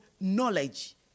knowledge